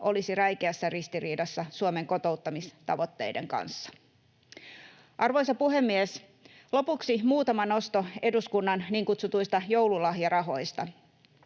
olisi räikeässä ristiriidassa Suomen kotouttamistavoitteiden kanssa. Arvoisa puhemies! Lopuksi muutama nosto eduskunnan niin kutsutuista joululahjarahoista.